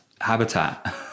habitat